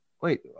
wait